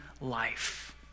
life